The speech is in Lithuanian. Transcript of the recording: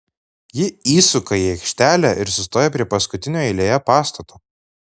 ji įsuka į aikštelę ir sustoja prie paskutinio eilėje pastato